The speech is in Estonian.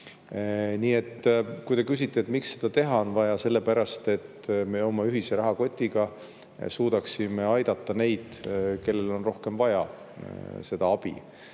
Nii et kui te küsite, miks seda teha on vaja, siis sellepärast, et me oma ühise rahakoti kaudu suudaksime aidata neid, kellel on rohkem seda abi